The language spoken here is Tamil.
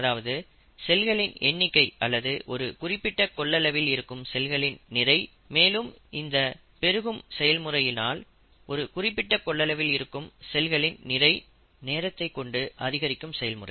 அதாவது செல்களின் எண்ணிக்கை அல்லது ஒரு குறிப்பிட்ட கொள்ளளவில் இருக்கும் செல்களில் நிறை மேலும் இந்த பெருகும் செயல் முறையினால் ஒரு குறிப்பிட்ட கொள்ளளவில் இருக்கும் செல்களின் நிறை நேரத்தைக் கொண்டு அதிகரிக்கும் செயல்முறை